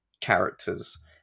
characters